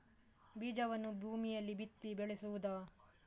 ಬೀಜವನ್ನು ಭೂಮಿಯಲ್ಲಿ ಬಿತ್ತಿ ಬೆಳೆಸುವುದಾ?